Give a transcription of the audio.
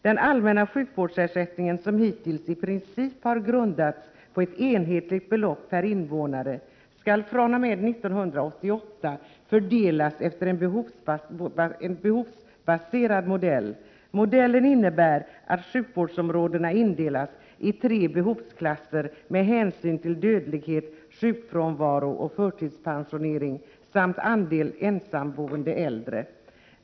Den allmänna sjukvårdsersättningen, som hittills i princip har grundats på ett enhetligt belopp per invånare, skall fr.o.m. 1988 fördelas efter en behovsbaserad modell. Modellen innebär att sjukvårdsområdena indelas i tre behovsklasser med hänsyn till dödlighet, sjukfrånvaro, förtidspensionering och andel ensamboende äldre.